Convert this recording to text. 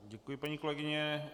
Děkuji, paní kolegyně.